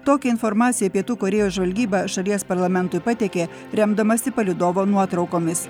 tokią informaciją pietų korėjos žvalgyba šalies parlamentui pateikė remdamasi palydovo nuotraukomis